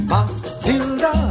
Matilda